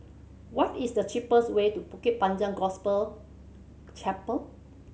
what is the cheapest way to Bukit Panjang Gospel Chapel